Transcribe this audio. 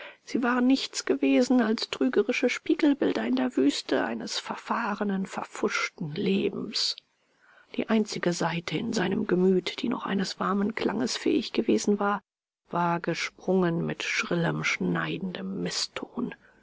sie waren nichts gewesen als trügerische spiegelbilder in der wüste eines verfahrenen verpfuschten lebens die einzige saite in seinem gemüt die noch eines warmen klanges fähig gewesen war war gesprungen mit schrillem schneidendem